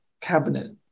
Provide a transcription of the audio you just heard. cabinet